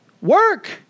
Work